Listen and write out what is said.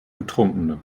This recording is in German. betrunkene